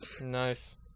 Nice